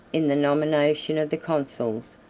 in the nomination of the consuls,